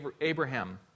Abraham